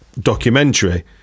documentary